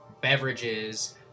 beverages